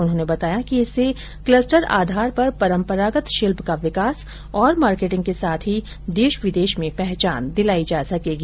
उन्होंने बताया कि इससे क्लस्टर आधार पर परंपरागत शिल्प का विकास और मार्केटिंग के साथ ही देश विदेश में पहचान दिलाई जा सकेगी